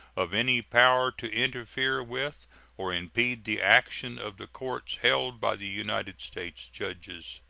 of any power to interfere with or impede the action of the courts held by the united states judges.